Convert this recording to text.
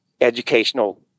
educational